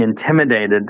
intimidated